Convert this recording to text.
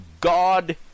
God